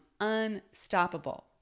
unstoppable